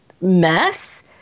mess